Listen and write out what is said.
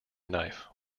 knife